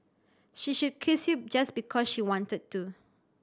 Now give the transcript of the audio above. she should kiss you just because she wanted to